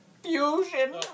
fusion